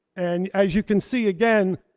and as you can see again,